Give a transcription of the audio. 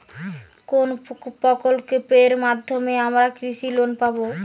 কোন প্রকল্পের মাধ্যমে আমরা কৃষি লোন পাবো?